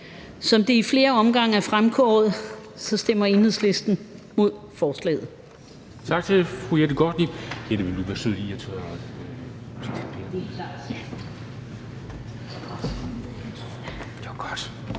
Som det i flere om gange er fremgået, stemmer Enhedslisten imod forslaget.